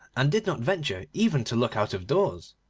and did not venture even to look out of doors.